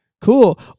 Cool